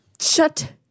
Shut